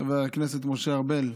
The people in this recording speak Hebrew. חבר הכנסת משה ארבל,